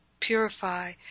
purify